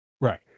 Right